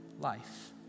life